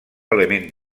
element